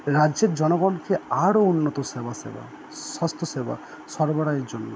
রাজ্যের জনগণকে আরও উন্নত সেবা সেবা স্বাস্থ্যসেবা সরবরাহের জন্য